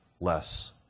less